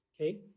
okay